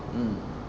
mm